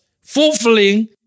fulfilling